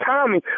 Tommy